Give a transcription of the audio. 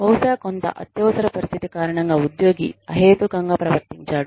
బహుశా కొంత అత్యవసర పరిస్థితి కారణంగా ఉద్యోగి అహేతుకంగా ప్రవర్తించాడు